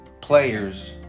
players